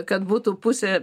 kad būtų pusė